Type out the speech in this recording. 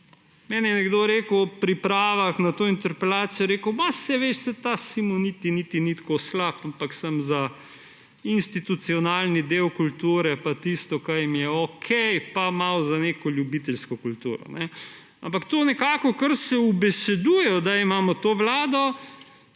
Meni je ob pripravah na to interpelacijo nekdo rekel, ma, saj veš, saj ta Simoniti niti ni tako slab, ampak samo za institucionalni del kulture pa tisto, kar jim je okej, pa malo za neko ljubiteljsko kulturo. Ampak to, kar se ubeseduje, odkar imamo to vlado,